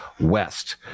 West